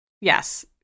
Yes